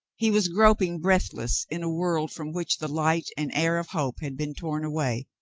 he was groping breathless in a world from which the light and air of hope had been torn away.